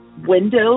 window